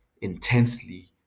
intensely